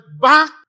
back